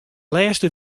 lêste